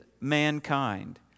mankind